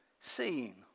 seeing